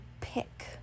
pick